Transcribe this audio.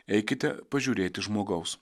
eikite pažiūrėti žmogaus